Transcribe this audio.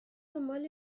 دنبال